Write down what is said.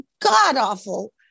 god-awful